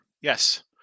Yes